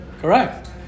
Correct